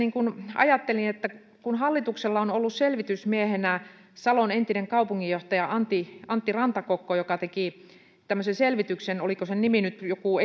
ajattelin että hallituksella on ollut selvitysmiehenä salon entinen kaupunginjohtaja antti antti rantakokko joka teki tämmöisen selvityksen oliko sen nimi nyt joku